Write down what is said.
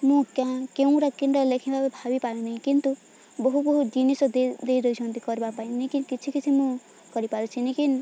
ମୁଁ କେଉଁଗୁଡ଼ା ଲେଖିବି ଭାବିପାରୁନି କିନ୍ତୁ ବହୁ ବହୁ ଜିନିଷ ଦେଇ ଦେଇଦେଇଛନ୍ତି କରିବା ପାଇଁ କିଛି କିଛି ମୁଁ କରିପାରୁଛି କିନ୍ତୁ